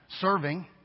serving